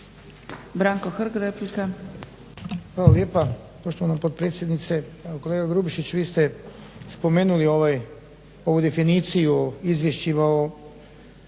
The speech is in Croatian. Branko (HSS)** Hvala lijepa poštovana potpredsjednice. Kolega Grubišić, vi ste spomenuli ovu definiciju izvješćima o